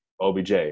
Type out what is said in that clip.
OBJ